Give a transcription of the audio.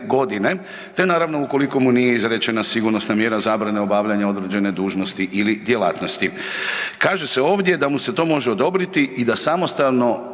do 1.g., te ukoliko mu nije izrečena sigurnosna mjera zabrane obavljanja određene dužnosti ili djelatnosti. Kaže se ovdje da mu se to može odobriti i da samostalno